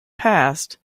passed